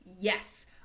Yes